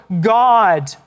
God